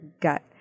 gut